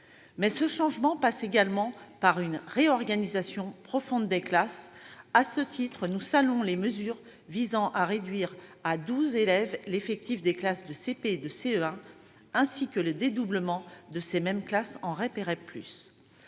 Ce changement passe également par une réorganisation profonde des classes. À cet égard, nous saluons les mesures visant à réduire à 12 élèves l'effectif des classes de CP et de CE1, ainsi que le dédoublement de ces mêmes classes en REP et REP+.